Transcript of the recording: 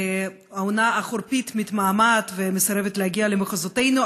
העונה החורפית מתמהמהת ומסרבת להגיע למחוזותינו,